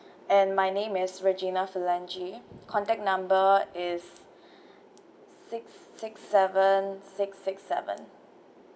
and my name is regina phalange contact number is six six seven six six seven